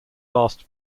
fast